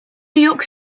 york